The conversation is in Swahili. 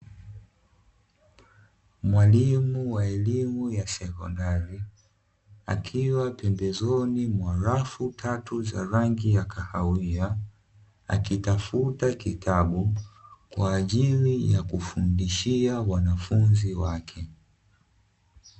Mwalimu wa elimu ya sekondari akiwa pembezoni mwa rafu tatu za rangi ya kahawia, akitafuta kitabu kwa ajili ya kufundishia wanafunzi wake.